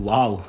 Wow